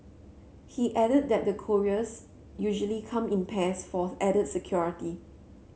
he added that the couriers usually come in pairs for added security